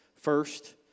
first